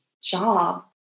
job